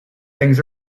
things